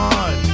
on